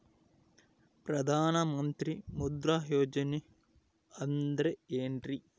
ಪ್ರಧಾನ ಮಂತ್ರಿ ಮುದ್ರಾ ಯೋಜನೆ ಅಂದ್ರೆ ಏನ್ರಿ?